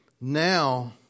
now